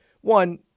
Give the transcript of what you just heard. One